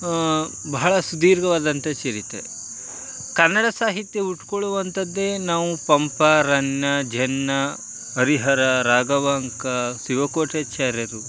ಬಹಳ ಸುದೀರ್ಘವಾದಂತಹ ಚರಿತ್ರೆ ಕನ್ನಡ ಸಾಹಿತ್ಯ ಹುಟ್ಕೊಳ್ಳುವಂತದ್ದೇ ನಾವು ಪಂಪ ರನ್ನ ಜನ್ನ ಹರಿಹರ ರಾಘವಾಂಕ ಶಿವಕೋಟ್ಯಾಚಾರ್ಯರು